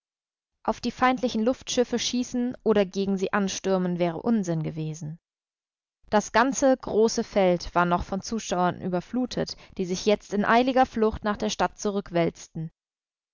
auf die feindlichen luftschiffe schießen oder gegen sie anstürmen wäre unsinn gewesen das ganze große feld war noch von zuschauern überflutet die sich jetzt in eiliger flucht nach der stadt